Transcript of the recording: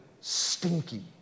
stinky